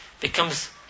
becomes